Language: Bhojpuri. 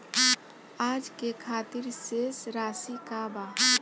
आज के खातिर शेष राशि का बा?